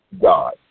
God